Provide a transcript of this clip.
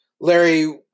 Larry